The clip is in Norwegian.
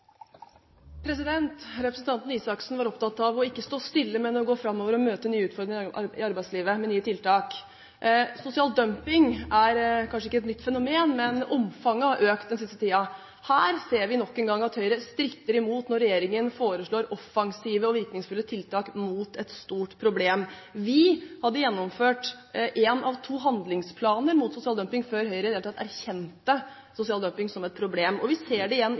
replikkordskifte. Representanten Røe Isaksen var opptatt av ikke å stå stille, men å gå framover og å møte nye utfordringer i arbeidslivet med nye tiltak. Sosial dumping er kanskje ikke et nytt fenomen, men omfanget har økt den siste tiden. Her ser vi nok en gang at Høyre stritter imot når regjeringen foreslår offensive og virkningsfulle tiltak mot et stort problem. Vi hadde gjennomført en av to handlingsplaner mot sosial dumping før Høyre i det hele tatt erkjente sosial dumping som et problem. Vi ser det igjen